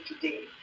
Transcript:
today